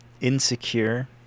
Insecure